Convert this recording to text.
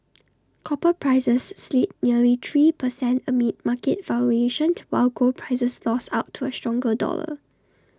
copper prices slid nearly three per cent amid market while gold prices lost out to A stronger dollar